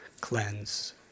cleanse